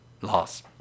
loss